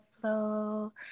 flow